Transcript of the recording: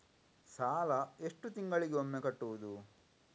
ಸಾಲ ಎಷ್ಟು ತಿಂಗಳಿಗೆ ಒಮ್ಮೆ ಕಟ್ಟುವುದು?